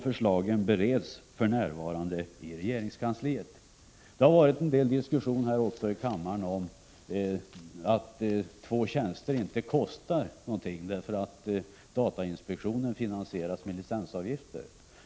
Förslagen bereds för närvarande i regeringskansliet. Det har förts en diskussion här i riksdagen där det har sagts att två tjänster inte kostar någonting, därför att datainspektionen finansieras med licensavgifter.